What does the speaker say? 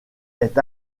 est